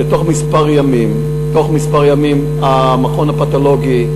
שבתוך כמה ימים המכון הפתולוגי,